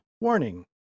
warning